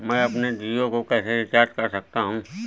मैं अपने जियो को कैसे रिचार्ज कर सकता हूँ?